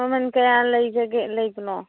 ꯃꯃꯟ ꯀꯌꯥ ꯂꯩꯕꯅꯣ